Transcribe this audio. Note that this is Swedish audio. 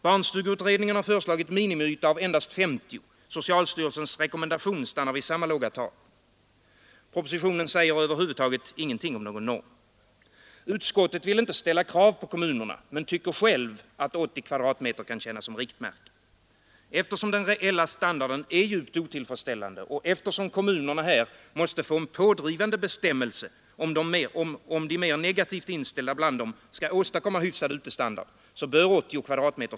Barnstugeutredningen har föreslagit en minimiyta av endast 50 m?, socialstyrelsens rekommendation stannar vid samma låga tal. Propositionen säger över huvud taget ingenting om någon norm. Utskottet vill inte ställa krav på kommunerna men tycker själv att 80 m? kan tjäna som riktmärke. Eftersom den reella standarden är djupt otillfredsställande och eftersom kommunerna här måste få en pådrivande bestämmelse, om de mer negativt inställda bland dem skall åstadkomma hyfsad utestandard, bör 80 m?